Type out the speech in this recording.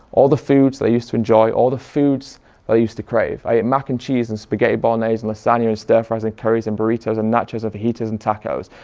all the foods that i used to enjoy, all the foods that i used to crave. i eat mac and cheese and spaghetti bolognaise and lasagna and stir fries and curries and burritos and nachos and fajitas and tacos.